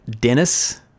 Dennis